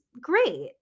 great